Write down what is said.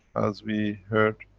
as we heard.